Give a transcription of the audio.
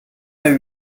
vingt